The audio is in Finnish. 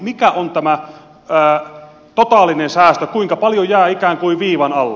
mikä on totaalinen säästö kuinka paljon jää ikään kuin viivan alle